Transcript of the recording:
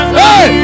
hey